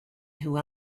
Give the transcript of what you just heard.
who